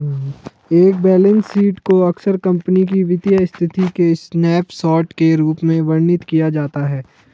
एक balance sheet को अक्सर कंपनी की वित्तीय स्थिति के स्नैपशॉट के रूप में वर्णित किया जाता है